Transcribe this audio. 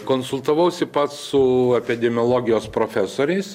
konsultavausi pats su epidemiologijos profesoriais